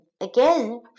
again